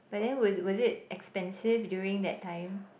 but then was was it expensive during that time